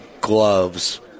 gloves